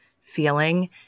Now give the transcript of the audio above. feeling